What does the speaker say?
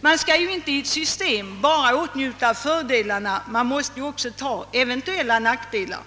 Man skall ju inte i ett system bara åtnjuta fördelarna, utan får också ta de eventuella nackdelarna.